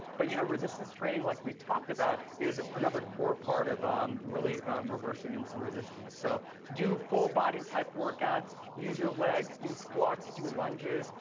but you know resistance training, like we've talked about, is another core part of really reversing insulin resistance. so do full-body-type workouts. use your legs. do squats. do lunges.